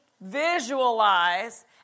visualize